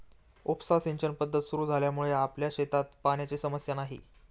उपसा सिंचन पद्धत सुरु झाल्यामुळे आपल्या शेतात पाण्याची समस्या नाही